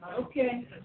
Okay